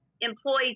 employees